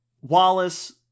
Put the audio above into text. Wallace